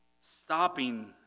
stopping